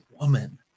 woman